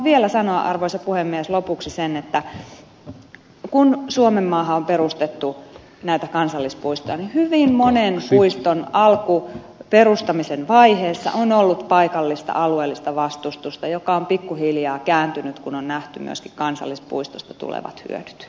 minä haluan arvoisa puhemies sanoa vielä lopuksi sen että kun suomenmaahan on perustettu näitä kansallispuistoja niin hyvin monen puiston perustamisen vaiheessa on ollut paikallista alueellista vastustusta joka on pikku hiljaa kääntynyt kun on nähty myöskin kansallispuistoista tulevat hyödyt